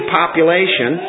population